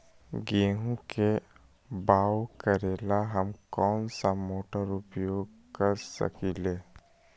गेंहू के बाओ करेला हम कौन सा मोटर उपयोग कर सकींले?